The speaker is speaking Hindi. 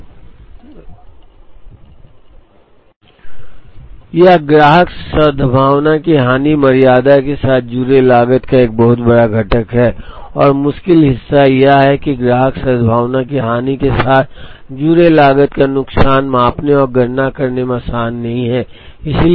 तो ग्राहक सद्भावना की हानि मर्यादा के साथ जुड़े लागत का एक बहुत बड़ा घटक है और मुश्किल हिस्सा यह है कि ग्राहक सद्भावना की हानि के साथ जुड़े लागत का नुकसान मापने और गणना करने में आसान नहीं है